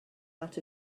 out